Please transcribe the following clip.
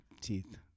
teeth